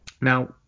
Now